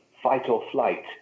fight-or-flight